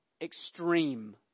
extreme